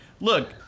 look